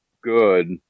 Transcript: good